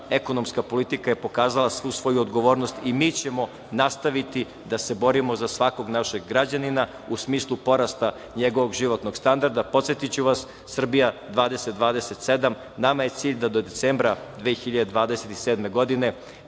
ekonomska politika je pokazala svu svoju odgovornost i mi ćemo nastaviti da se borimo za svakog našeg građanina u smislu porasta njegovog životnog standarda. Podsetiću vas „Srbija 20-27“ nama je cilj da do decembra 2027. godine